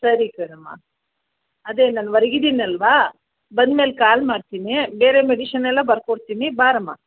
ಸರಿ ಕಣಮ್ಮ ಅದೇ ನಾನು ಹೊರ್ಗಿದಿನಲ್ವ ಬಂದ ಮೇಲೆ ಕಾಲ್ ಮಾಡ್ತೀನಿ ಬೇರೆ ಮೆಡಿಷನ್ ಎಲ್ಲ ಬರ್ಕೊಡ್ತೀನಿ ಬಾರಮ್ಮ